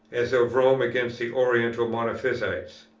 as of rome against the oriental monophysites.